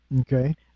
Okay